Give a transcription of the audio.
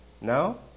No